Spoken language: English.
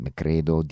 credo